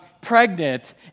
pregnant